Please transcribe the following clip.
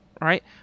right